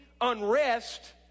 unrest